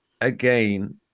again